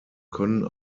können